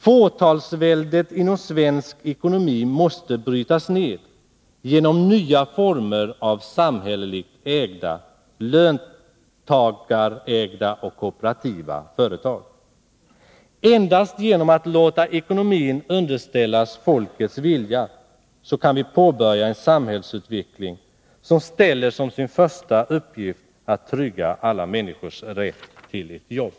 Fåtalsväldet inom svensk ekonomi måste brytas ned genom nya former av samhälleligt ägda, löntagarägda och kooperativa företag. Endast genom att låta ekonomin underställas folkets vilja kan vi påbörja en samhällsutveckling som ställer upp som sin första uppgift att trygga alla människors rätt till ett jobb.